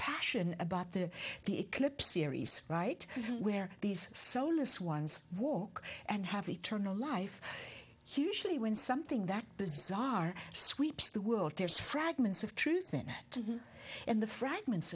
passion about the the eclipse series right where these soulless ones walk and have eternal life hugely when something that bizarre sweeps the world there's fragments of truth in to and the fragments